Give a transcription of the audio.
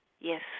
yes